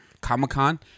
Comic-Con